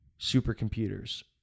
supercomputers